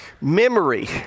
Memory